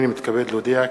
הנני מתכבד להודיע,